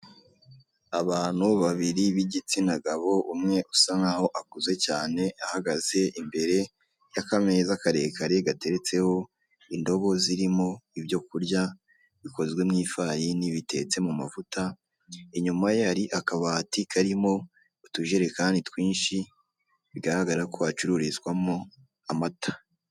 Abantu babiri b'igitsina gabo umwe usa nk'aho akuze cyane ahagaze imbere y'akameza karekare gateretseho indobo zirimo ibyo kurya bikozwe mu ifarini bitetse mu mavuta, inyuma hari akabati karimo utujerekani twinshi bigaragara ko acururizwamo amata.